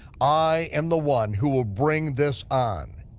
i am the one who will bring this on.